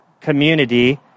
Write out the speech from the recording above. community